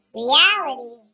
reality